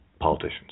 Politicians